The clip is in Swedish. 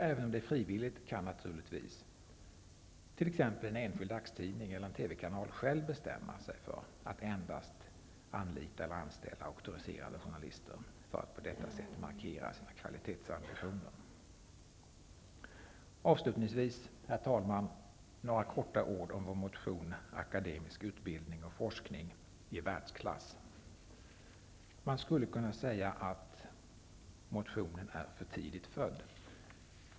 Även om auktorisationen är frivillig kan t.ex. en enskild dagstidning eller TV kanal naturligtvis själv bestämma sig för att endast anlita eller anställa auktoriserade journalister, för att på så sätt markera sina kvalitetsambitioner. Avslutningsvis, herr talman, vill jag säga några ord om vår motion Akademisk utbildning och forskning i världsklass. Man skulle kunna säga att motionen är för tidigt född.